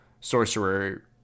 sorcerer